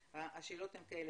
השאלות הן כאלה,